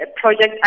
project